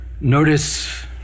notice